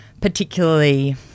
particularly